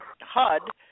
HUD